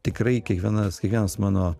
tikrai kiekvienas kiekvienas mano